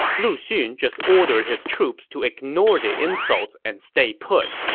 lu xun just ordered his troops to ignore the insults and stay put.